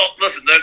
listen